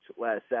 last